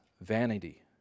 vanity